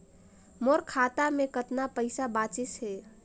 मोर खाता मे कतना पइसा बाचिस हे?